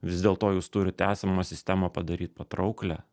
vis dėlto jūs turit esamą sistemą padaryt patrauklią